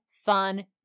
fun